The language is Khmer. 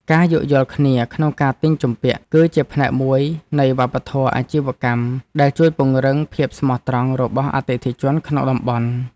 ការយោគយល់គ្នាក្នុងការទិញជំពាក់ គឺជាផ្នែកមួយនៃវប្បធម៌អាជីវកម្មដែលជួយពង្រឹងភាពស្មោះត្រង់របស់អតិថិជនក្នុងតំបន់។